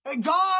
God